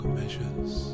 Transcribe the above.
measures